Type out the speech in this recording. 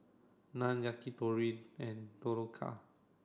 Naan Yakitori and Dhokla